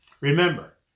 Remember